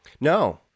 no